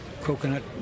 coconut